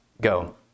go